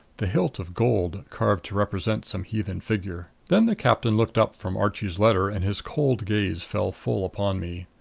the hilt of gold, carved to represent some heathen figure. then the captain looked up from archie's letter and his cold gaze fell full upon me.